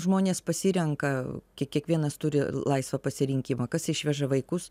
žmonės pasirenka kiekvienas turi laisvą pasirinkimą kas išveža vaikus